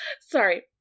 Sorry